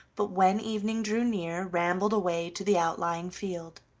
but when evening drew near rambled away to the outlying field.